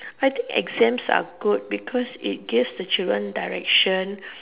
I think exams are good because it gives the children direction